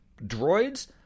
droids